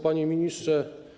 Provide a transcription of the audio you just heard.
Panie Ministrze!